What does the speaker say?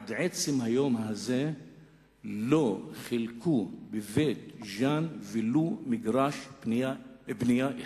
עד עצם היום הזה לא חילקו בבית-ג'ן ולו מגרש בנייה אחד.